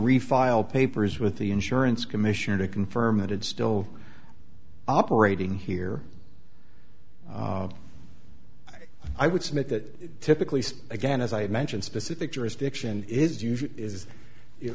refile papers with the insurance commissioner to confirm that it's still operating here i would submit that typically again as i mentioned specific jurisdiction is